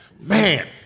Man